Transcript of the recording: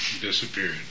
Disappeared